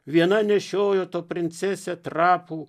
viena nešiojo ta princesė trapų